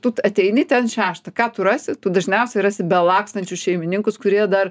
tu ateini ten šeštą ką tu rasi tu dažniausiai rasi belakstančius šeimininkus kurie dar